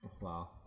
Wow